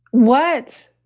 what?